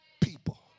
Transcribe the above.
people